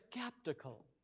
skeptical